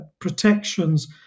protections